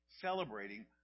celebrating